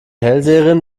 hellseherin